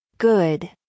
good